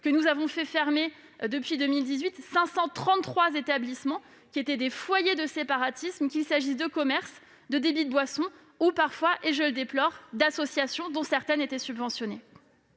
que nous avons fait fermer, depuis 2018, 533 établissements qui s'étaient révélés être des foyers de séparatisme, qu'il s'agisse de commerces, de débits de boisson ou- je le déplore -, parfois, d'associations, dont certaines étaient subventionnées